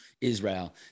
Israel